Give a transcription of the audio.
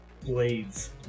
blades